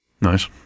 Nice